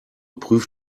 prüft